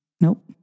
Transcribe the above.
Nope